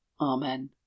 Amen